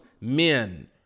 men